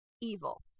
evil